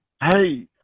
Hey